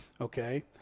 Okay